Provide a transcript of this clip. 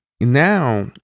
Now